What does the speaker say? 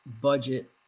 budget